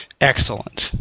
excellent